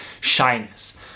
shyness